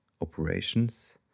Operations